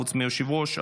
חוץ מהיושב-ראש,